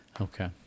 Okay